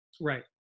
Right